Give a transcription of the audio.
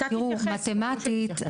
מתמטית,